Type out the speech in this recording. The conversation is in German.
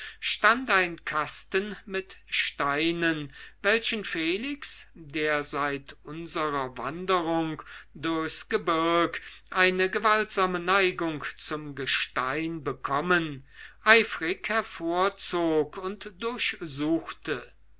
stand ein kasten mit steinen welchen felix der seit unserer wanderung durchs gebirg eine gewaltsame neigung zum gestein bekommen eifrig hervorzog und durchsuchte